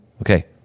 Okay